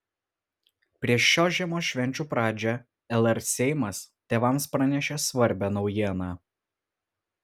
prieš šios žiemos švenčių pradžią lr seimas tėvams pranešė svarbią naujieną